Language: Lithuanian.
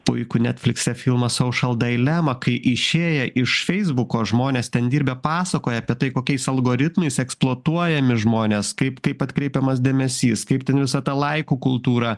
puikų netflikse filmą social dillema kai išėję iš feisbuko žmonės ten dirbę pasakoja apie tai kokiais algoritmais eksploatuojami žmonės kaip kaip atkreipiamas dėmesys kaip ten visą tą laikų kultūra